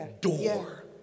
door